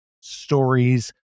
stories